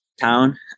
town